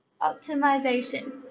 Optimization